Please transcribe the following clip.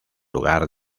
lugar